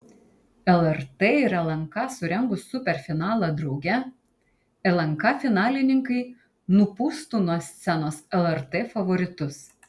lrt ir lnk surengus superfinalą drauge lnk finalininkai nupūstų nuo scenos lrt favoritus